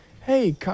Hey